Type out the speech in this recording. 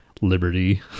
liberty